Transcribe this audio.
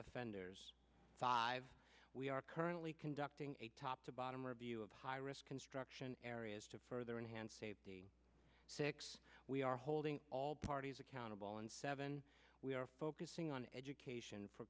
offenders we are currently conducting a top to bottom review of high risk construction areas to further enhance the six we are holding all parties accountable and seven we are focusing on education for